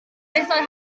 bethau